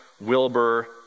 Wilbur